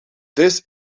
this